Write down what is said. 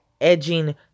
edging